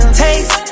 taste